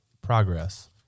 progress